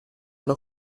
alla